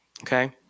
okay